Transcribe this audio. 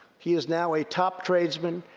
he is now a top tradesman,